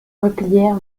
replièrent